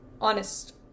Honest